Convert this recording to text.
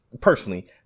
personally